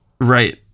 Right